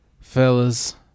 Fellas